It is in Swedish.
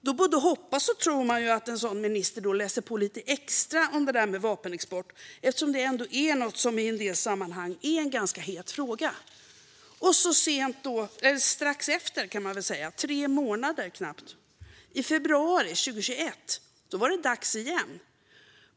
Då både hoppas och tror man att en sådan minister läser på lite extra om det där med vapenexport. Det är ändå något som i en del sammanhang är en ganska het fråga. Strax efter det, knappt tre månader, i februari 2021 var det dags igen.